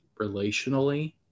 relationally